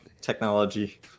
technology